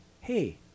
hey